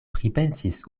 pripensis